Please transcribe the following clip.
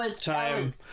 time